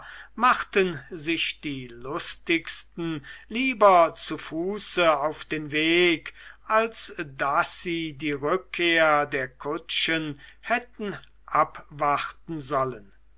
machten sich die lustigsten lieber zu fuße auf den weg als daß sie die rückkehr der kutschen hätten abwarten sollen